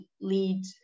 lead